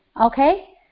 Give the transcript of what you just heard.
okay